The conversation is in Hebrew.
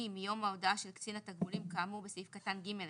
מיום ההודעה של קצין התגמולים כאמור בסעיף קטן (ג1)